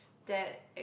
that